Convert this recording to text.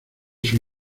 sus